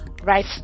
Right